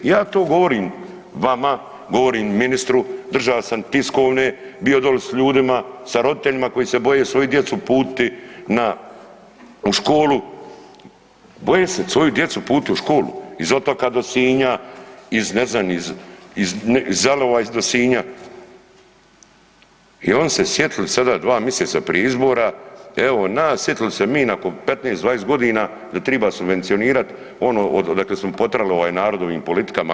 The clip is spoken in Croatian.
Ja to govorim vama, govorim ministru, držao sam tiskovne, bio doli s ljudima, sa roditeljima koji se boje svoju djecu uputiti u školu, boje se svoju djecu uputit u školu iz Otoka do Sinja iz ne znam iz, iz Zelova do Sinja i oni se sjetili sada dva miseca prije izbora evo nas, sjetili se mi nakon 15-20.g. da triba subvencionirat ono odakle smo potrali ovaj narod ovim politikama.